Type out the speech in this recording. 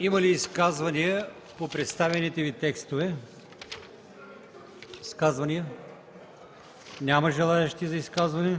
Има ли изказвания по представените Ви текстове? Няма желаещи за изказване.